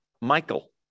Michael